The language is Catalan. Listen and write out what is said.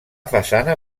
façana